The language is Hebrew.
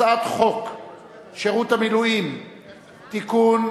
הצעת חוק שירות המילואים (תיקון,